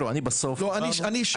תראו, אני בסוף --- אני אשאל.